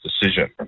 decision